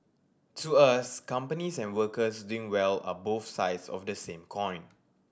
to us companies and workers doing well are both sides of the same coin